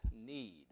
need